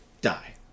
die